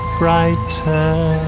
brighter